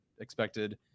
expected